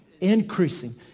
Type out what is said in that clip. Increasing